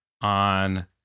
on